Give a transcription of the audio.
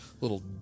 little